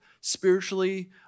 spiritually